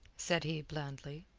said he blandly.